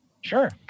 Sure